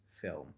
film